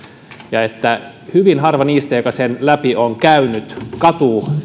ja että hyvin harva niistä jotka sen läpi ovat käyneet katuu